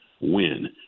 Win